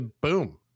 boom